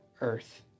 earth